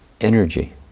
energy